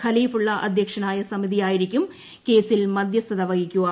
കല്ലീഫുള്ള അധ്യക്ഷനായ സമിതിയായിരിക്കും കേസിൽ മധ്യസ്ഥത ീവഹിക്കുക